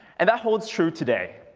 and that holds true today.